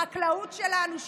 החקלאות שלנו,